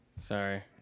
Sorry